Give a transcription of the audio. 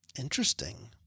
Interesting